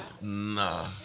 Nah